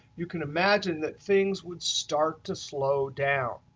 you can imagine that things would start to slow down.